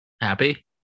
Happy